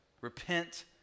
Repent